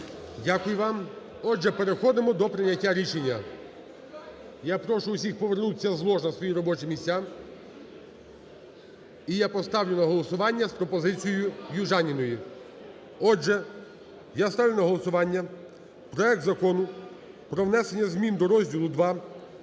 Дякую вам. Отже, переходимо до прийняття рішення. Я прошу всіх повернутися з лож на свої робочі місця. І я поставлю на голосування, з пропозицією Южаніної. Отже, я ставлю на голосування проект Закону про внесення змін до розділу ІІ,